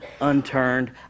unturned